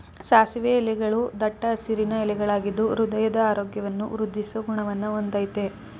ಸಾಸಿವೆ ಎಲೆಗಳೂ ದಟ್ಟ ಹಸಿರಿನ ಎಲೆಗಳಾಗಿದ್ದು ಹೃದಯದ ಆರೋಗ್ಯವನ್ನು ವೃದ್ದಿಸೋ ಗುಣವನ್ನ ಹೊಂದಯ್ತೆ